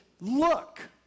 look